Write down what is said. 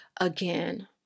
again